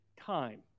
time